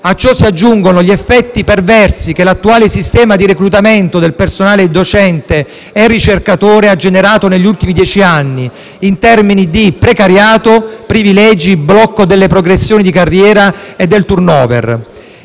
A ciò si aggiungono gli effetti perversi che l'attuale sistema di reclutamento del personale docente e ricercatore ha generato negli ultimi dieci anni in termini di precariato, privilegi, blocco delle progressioni di carriera e del *turnover*.